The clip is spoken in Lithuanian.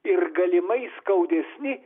ir galimai skaudesni